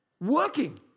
Working